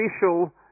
official